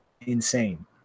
insane